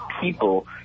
people